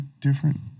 different